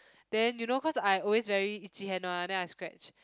then you know cause I always very itchy hand one then I scratch